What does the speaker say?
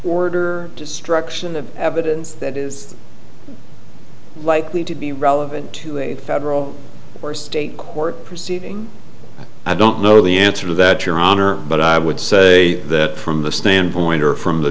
order destruction of evidence that is likely to be relevant to a federal or state court proceeding i don't know the answer to that your honor but i would say that from the standpoint or from the